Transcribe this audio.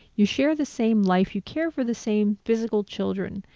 you share the same life, you care for the same physical children.